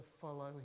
follow